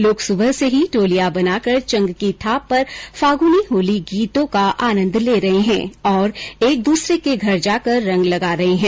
लोग सुबह से ही टोलियां बनाकर चंग की थाप पर फागुनी होली गीतों का आनन्द ले रहे हैं और एक दूसरे के घर जाकर रंग लगा रहे हैं